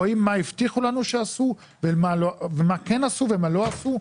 רואים מה הבטיחו לנו שעשו ומה כן עשו ומה לא עשו.